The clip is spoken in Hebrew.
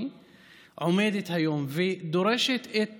עומדת היום ודורשת את